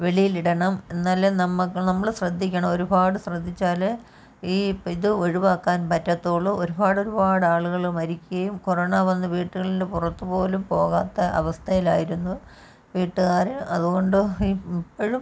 വെളിയിലിടണം എന്നാലെ നമുക്ക് നമ്മൾ ശ്രദ്ധിക്കണം ഒരുപാട് ശ്രദ്ധിച്ചാലെ ഈ ഇപ്പം ഇത് ഒഴുവാക്കാൻ പറ്റത്തുള്ളൂ ഒരുപാട് ഒരുപാട് ആളുകൾ മരിക്കുകയും കൊറോണ വന്നു വീട്ടുകളിൻ്റെ പുറത്തു പോലും പോകാത്ത അവസ്ഥയിലായിരുന്നു വീട്ടുകാർ അതു കൊണ്ട് ഇ ഇപ്പോഴും